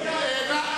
אי אפשר לתת יד,